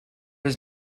his